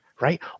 right